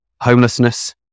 homelessness